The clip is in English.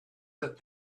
that